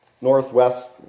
Northwest